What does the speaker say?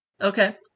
Okay